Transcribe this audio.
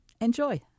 Enjoy